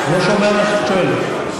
אני לא שומע מה שאת שואלת.